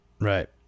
Right